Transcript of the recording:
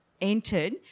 entered